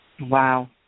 Wow